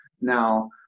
now